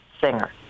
singer